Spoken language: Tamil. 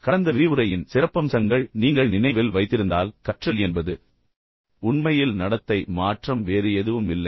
கடந்த விரிவுரையின் சிறப்பம்சங்கள் நீங்கள் நினைவில் வைத்திருந்தால் கற்றல் என்பது உண்மையில் நடத்தை மாற்றம் வேறு எதுவும் இல்லை